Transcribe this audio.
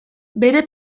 bere